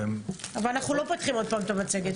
אבל אנחנו לא פותחים שוב את המצגת.